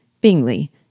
Bingley